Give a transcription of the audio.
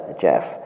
Jeff